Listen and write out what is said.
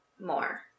more